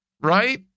right